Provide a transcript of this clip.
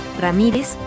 Ramírez